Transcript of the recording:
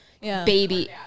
baby